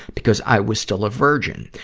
because i was still a virgin.